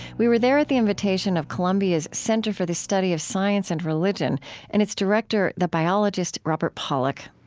we were there at the invitation of columbia's center for the study of science and religion and its director, the biologist robert pollack